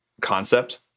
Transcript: concept